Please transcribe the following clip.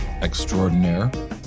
extraordinaire